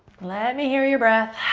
let me hear your breath.